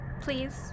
please